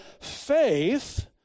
faith